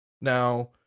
Now